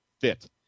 fit